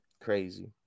crazy